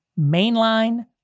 mainline